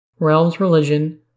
realmsreligion